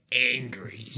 Angry